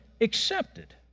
accepted